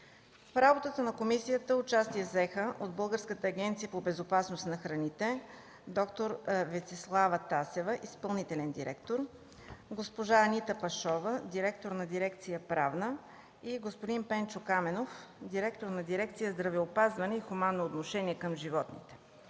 В работата на комисията участие взеха от Българската агенция по безопасност на храните (БАБХ) – д-р Венцеслава Тасева – изпълнителен директор, госпожа Анита Пашова – директор на дирекция „Правна” и господин Пенчо Каменов – директор на дирекция „Здравеопазване и хуманно отношение към животните”.